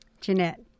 Jeanette